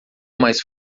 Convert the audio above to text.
mais